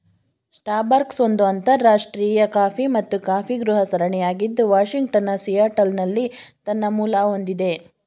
Starbucks ಒಂದು ಅಂತರರಾಷ್ಟ್ರೀಯ coffee ಮತ್ತು ಕಾಫಿಗೃಹ ಸರಣಿಯಾಗಿದ್ದು ವಾಷಿಂಗ್ಟನ್ನ ಸಿಯಾಟಲ್ನಲ್ಲಿ ತನ್ನ ಮೂಲ ಹೊಂದಿದೆ